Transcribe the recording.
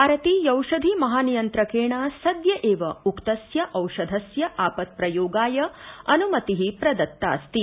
भारतीयौषधि महानियंत्रकेण सद्य एव उक्तस्य औषधस्य आपत्प्रयोगाय अन्मति प्रदत्तास्ति